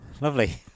Lovely